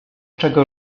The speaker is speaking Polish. czego